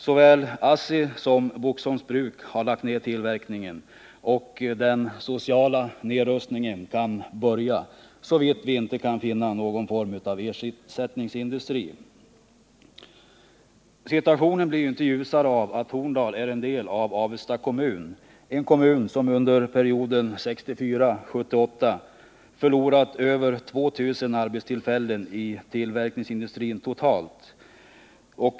Såväl ASSI som Boxholms bruk har lagt ner tillverkningen, och den sociala nedrustningen kan börja, såvida vi inte kan finna ersättningsindustri. Situationen blir ju inte ljusare av att Horndal är en del av Avesta kommun, en kommun som under perioden 1964-1978 förlorat över 2 000 arbetstillfällen i tillverkningsindustrin totalt.